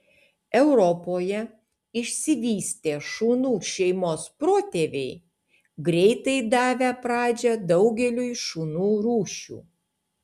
europoje išsivystė šunų šeimos protėviai greitai davę pradžią daugeliui šunų rūšių